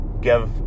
give